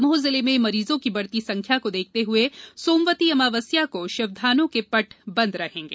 दमोह जिले में मरीजों की बढ़ती संख्या को देखते हुए सोमवती अमावस्या को शिवधामों के पट बंद रहेंगे